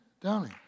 Downey